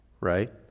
Right